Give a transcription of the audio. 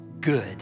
good